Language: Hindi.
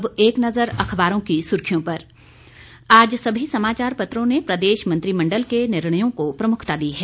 अब एक नजर अखबारों की सुर्खियों पर आज सभी समाचार पत्रों ने प्रदेश मंत्रिमण्डल के निर्णय को प्रमुखता दी है